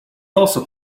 also